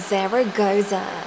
Zaragoza